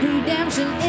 Redemption